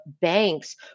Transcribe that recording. banks